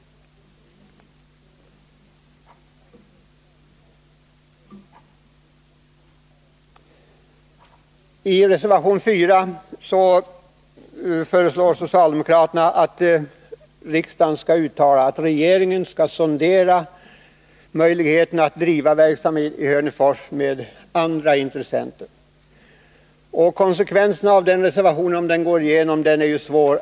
I reservation 4 föreslår socialdemokraterna att riksdagen uttalar att regeringen skall sondera möjligheterna för Hörnefors att fortsätta driften i samarbete med andra intressenter. Om reservationen bifalls är det svårt att se vilka konsekvenserna blir.